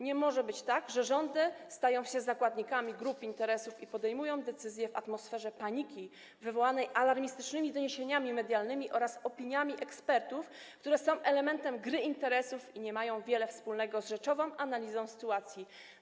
Nie może być tak, że rządy stają się zakładnikami grup interesów i podejmują decyzje w atmosferze paniki wywołanej alarmistycznymi doniesieniami medialnymi oraz opiniami ekspertów, które są elementem gry interesów i nie mają wiele wspólnego z rzeczową analizą sytuacji.